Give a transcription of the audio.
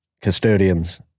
custodians